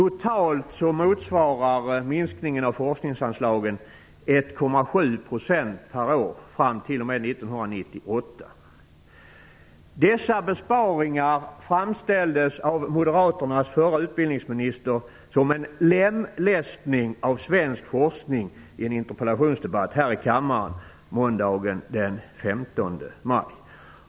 Totalt motsvarar minskningen av forskningsanslagen 1,7 % per år fram t.o.m. 1998. Dessa besparingar framställdes av moderaternas förre utbildningsminister som en lemlästning av svensk forskning i en interpellationsdebatt här i kammaren måndagen den 15 maj.